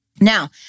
Now